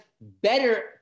better